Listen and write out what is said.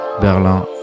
Berlin